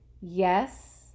Yes